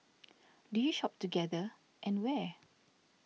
do you shop together and where